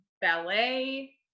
ballet